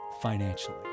financially